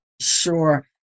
Sure